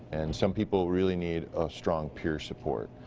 and some people really need a strong peer support,